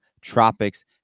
Tropics